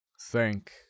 Thank